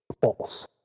false